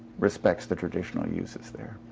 respects the traditional uses. there.